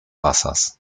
wassers